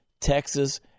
Texas